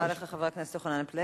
תודה רבה לך, חבר הכנסת יוחנן פלסנר.